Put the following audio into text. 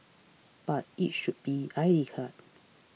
but it should be I D card